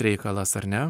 reikalas ar ne